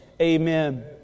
amen